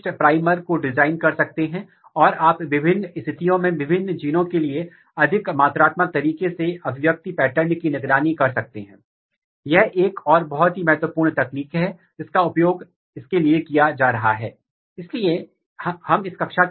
इस अध्ययन के माध्यम से तीन महत्वपूर्ण जीनों की पहचान की गई है जिन्हें MADS1 द्वारा सीधे विनियमित किया जाता है और फिर आप उनके विनियामक नेटवर्क का उपयोग कर सकते हैं और पहचान सकते हैं